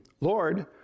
Lord